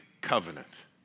covenant